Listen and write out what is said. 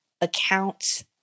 accounts